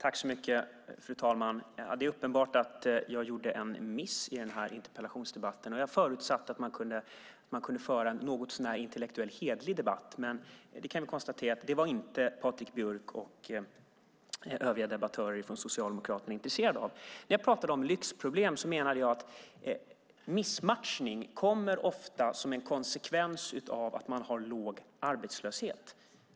Fru talman! Det är uppenbart att jag gjorde en miss i interpellationsdebatten. Jag förutsatte att man kunde föra en något så när intellektuell och hederlig debatt. Men vi kan konstatera att Patrik Björck och övriga debattörer från Socialdemokraterna inte var intresserade av det. När jag pratade om lyxproblem menade jag att missmatchning ofta kommer som en konsekvens av låg arbetslöshet.